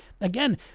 Again